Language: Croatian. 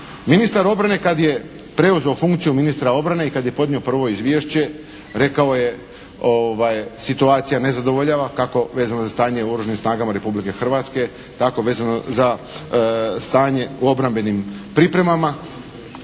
Ministar obrane kada je preuzeo funkciju ministra obrane i kada je podnio prvo izvješće rekao je situacija ne zadovoljava kako vezano za stanje u Oružanim snagama Republike Hrvatske tako vezano za stanje u obrambenim pripremama.